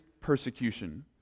persecution